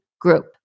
group